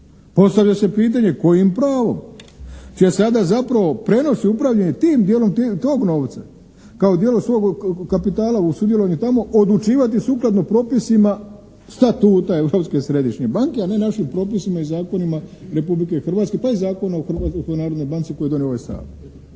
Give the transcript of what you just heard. Postavlja se pitanje kojim pravom će sada zapravo prijenos i upravljanje tim dijelom tog novca kao dijelom svog kapitala u sudjelovanju tamo odlučivati sukladno propisima Statuta Europske središnje banke, a ne propisima i zakonima Republike Hrvatske, pa i Zakona o Hrvatskoj narodnoj banci koji je donio ovaj Sabor.